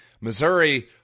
Missouri